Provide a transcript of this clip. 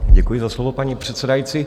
Děkuji za slovo, paní předsedající.